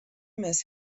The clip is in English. miss